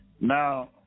Now